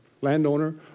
landowner